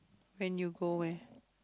when you go where